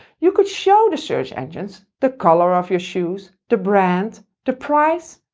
you could show the search engines the color of your shoes, the brand, the price,